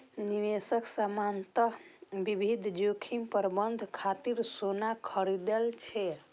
निवेशक सामान्यतः विविध जोखिम प्रबंधन खातिर सोना खरीदै छै